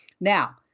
Now